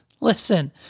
Listen